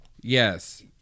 Yes